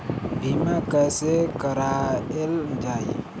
बीमा कैसे कराएल जाइ?